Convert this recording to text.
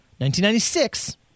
1996